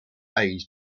aide